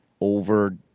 over